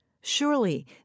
Surely